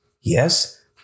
yes